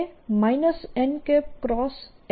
તે n M છે